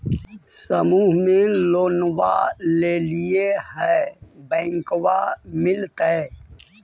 समुह मे लोनवा लेलिऐ है बैंकवा मिलतै?